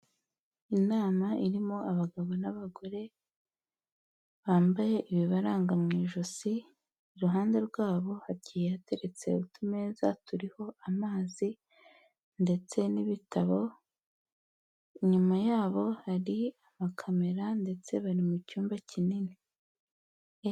Inama irimo abagabo n'abagore, bambaye ibibaranga mu ijosi, iruhande rwabo hagiye yateretse utumeza turiho amazi ndetse n'ibitabo, inyuma yabo hari amakamera ndetse bari mu cyumba kinini.